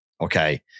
okay